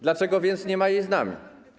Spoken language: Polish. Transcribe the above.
Dlaczego więc nie ma jej z nami?